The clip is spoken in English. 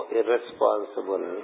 irresponsible